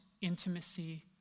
intimacy